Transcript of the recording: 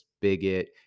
bigot